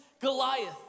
Goliath